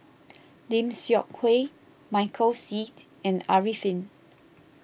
Lim Seok Hui Michael Seet and Arifin